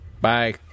Bye